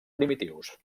primitius